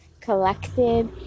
collected